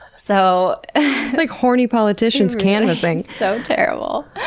so like horny politicians canvassing. so terrible.